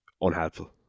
unhelpful